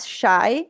shy